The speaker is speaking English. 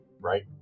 right